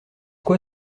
quoi